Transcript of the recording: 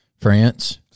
France